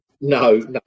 no